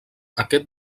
aquest